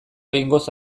behingoz